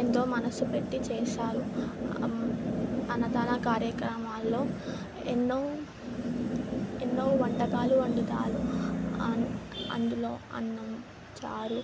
ఎంతో మనసుపెట్టి చేశారు అన్నదాన కార్యక్రమాల్లో ఎన్నో ఎన్నో వంటకాలు వండుతారు అన్ అందులో అన్నం చారు